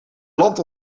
land